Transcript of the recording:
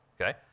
okay